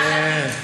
מונח עדיף.